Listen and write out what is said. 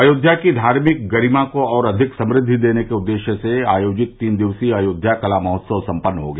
अयोव्या की धार्मिक गरिमा को और अधिक समृद्धि देने के उद्देश्य से आयोजित तीन दिवसीय अयोव्या कला महोत्सव सम्पन्न हो गया